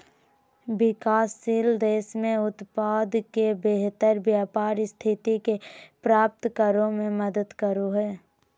विकासशील देश में उत्पाद के बेहतर व्यापार स्थिति के प्राप्त करो में मदद करो हइ